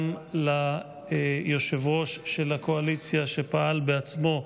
גם ליושב-ראש הקואליציה, שפעל בעצמו,